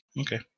Okay